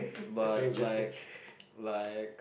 but like like